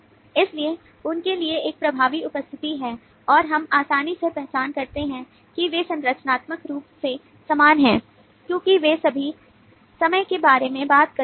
इसलिए उनके लिए एक प्रभावी उपस्थिति है और हम आसानी से पहचान सकते हैं कि वे संरचनात्मक रूप से समान हैं क्योंकि वे सभी समय के बारे में बात करते हैं